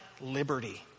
liberty